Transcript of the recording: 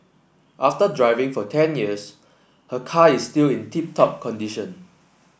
after driving for ten years her car is still in tip top condition